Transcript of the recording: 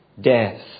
death